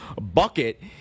bucket